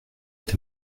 est